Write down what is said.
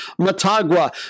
Matagua